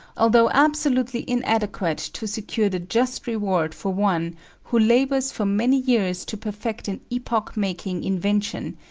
although absolutely inadequate to secure the just reward for one who labours for many years to perfect an epoch-making invention,